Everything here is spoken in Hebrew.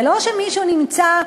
זה לא שמישהו נמצא,